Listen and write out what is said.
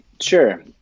Sure